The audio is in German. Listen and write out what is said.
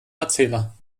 erzähler